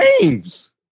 games